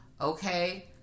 okay